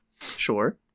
Sure